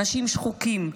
אנשים שחוקים,